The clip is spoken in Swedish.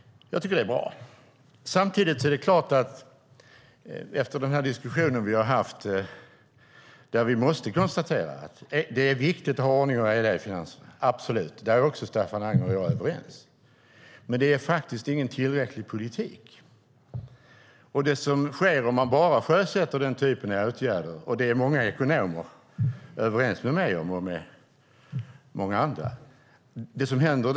Det är bra. Det är viktigt att ha ordning och reda i finanserna. Här är Staffan Anger och jag överens. Det är dock ingen tillräcklig politik. Om man bara sjösätter den typen av åtgärder riskerar man att cementera massarbetslösheten och förvärra Europas problem.